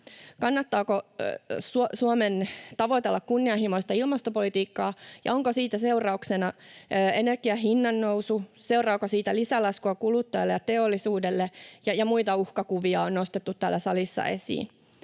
kannattaako Suomen tavoitella kunnianhimoista ilmastopolitiikkaa ja onko siitä seurauksena energian hinnannousu, seuraako siitä lisälaskua kuluttajille ja teollisuudelle — muitakin uhkakuvia on nostettu täällä salissa esiin.